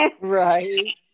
Right